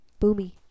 Boomy